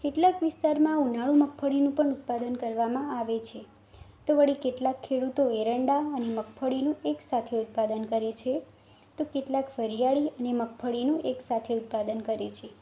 કેટલાક વિસ્તારમાં ઉનાળું મગફળીનું પણ ઉત્પાદન કરવામાં આવે છે તો વળી કેટલાક ખેડૂતો એરંડા અને મગફળીનું એકસાથે ઉત્પાદન કરે છે તો કેટલાક વરિયાળી અને મગફળીનું એકસાથે ઉત્પાદન કરે છે